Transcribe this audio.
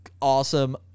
Awesome